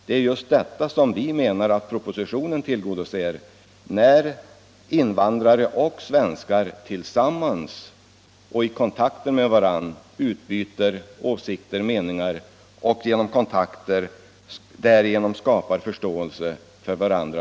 Det är just detta som vi menar att propositionen tillgodoser när invandrare och svenskar tillsammans med varandra utbyter åsikter och meningar och genom sådana kontakter skapar förståelse för varandra.